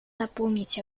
напомнить